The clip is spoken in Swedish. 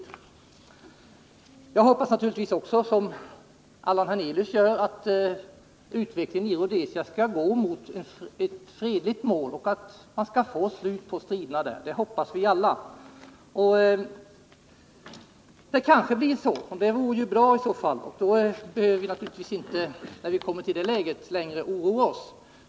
Tlikhet med Allan Hernelius hoppas naturligtvis också jag att utvecklingen i Rhodesia skall gå mot en fredlig lösning och att man skall få ett slut på striderna. Det hoppas vi alla. Det kanske också blir så, och det vore ju i så fall Nr 56 bra, för då skulle vi inte längre behöva oroa oss.